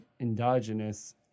endogenous